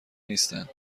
نیستند